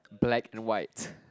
black and white